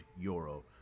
euro